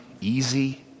easy